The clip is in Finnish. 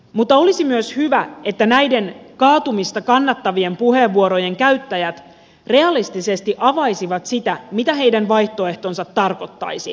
mutta olisi myös hyvä että näiden kaatumista kannattavien puheenvuorojen käyttäjät realistisesti avaisivat sitä mitä heidän vaihtoehtonsa tarkoittaisi